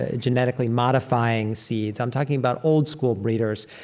ah genetically modifying seeds. i'm talking about old-school breeders.